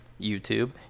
YouTube